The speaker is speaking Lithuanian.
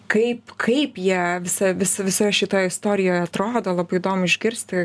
kaip kaip jie visa visu visoje šitoje istorijoje atrodo labai įdomu išgirsti